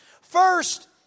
First